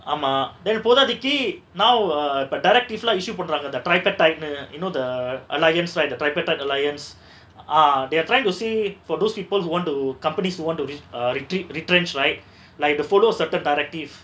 ஆமா:aama then போதாதைக்கு:pothathaiku now err இப்ப:ippa direct if lah issue பண்ராங்க:panranga the tripartite ன்னு:nu you know the err alliance right the tripartite alliance ah they are trying to say for those people who want to companies want to retreat retrench right like they follow certain directive